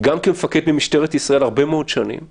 גם כמפקד במשטרת ישראל הרבה מאוד שנים,